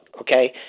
okay